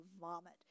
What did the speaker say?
vomit